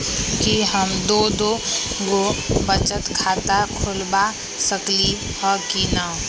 कि हम दो दो गो बचत खाता खोलबा सकली ह की न?